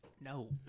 No